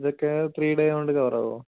ഇതൊക്കെ three day കൊണ്ട് കവറാകുമോ